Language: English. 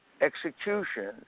execution